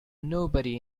nobody